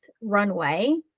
runway